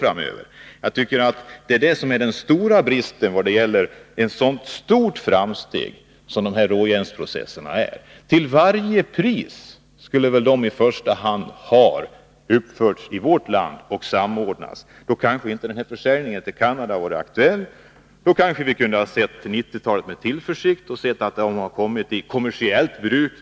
Slår de ut den med våra egna vapen framöver? När det gäller ett stort framsteg som de här råjärnsprocesserna är detta den stora bristen. De skulle väl till varje pris ha använts i vårt land och samordnats med vår produktion. Då kanske inte försäljningen till Canada hade varit aktuell. Om de kommit i kommersiellt bruk i Sverige kanske vi hade kunnat se 1990-talet an med tillförsikt.